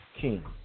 king